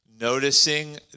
noticing